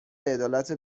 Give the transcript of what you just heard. عدالت